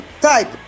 type